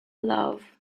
love